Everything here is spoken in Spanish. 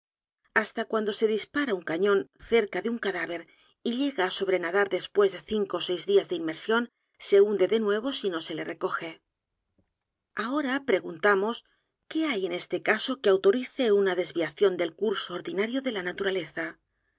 hasta cuando se dispara un cañón cerca de un cadáver y llega á aparecer después de cinco ó seis días de inmersión se hunde de nuevo si no se le recoge e s t a s aserciones han sido tácitamente recibidas por todos los periódicos de p